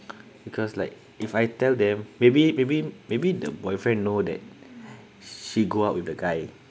because like if I tell them maybe maybe maybe the boyfriend know that she go out with the guy